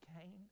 Cain